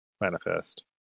manifest